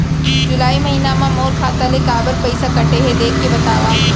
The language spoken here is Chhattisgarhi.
जुलाई महीना मा मोर खाता ले काबर पइसा कटे हे, देख के बतावव?